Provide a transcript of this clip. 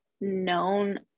known